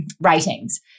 ratings